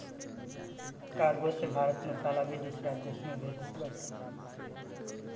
cargo से भारत मसाला भी दूसरा देस में भेजत बाटे